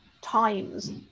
times